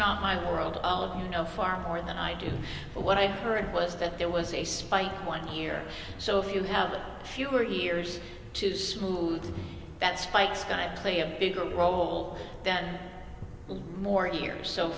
not my world all of you know far more than i do but what i heard was that there was a spike one year so if you have fewer years to smooth that spikes going to play a bigger role then more years so